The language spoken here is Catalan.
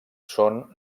són